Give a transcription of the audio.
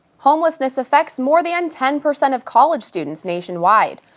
homelessness affects more than ten percent of college students nationwide.